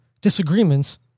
disagreements